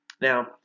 Now